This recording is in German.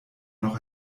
noch